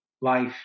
life